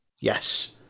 Yes